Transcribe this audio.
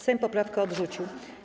Sejm poprawkę odrzucił.